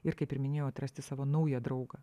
ir kaip ir minėjau atrasti savo naują draugą